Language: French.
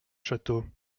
château